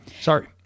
sorry